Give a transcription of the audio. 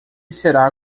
será